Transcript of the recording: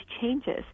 changes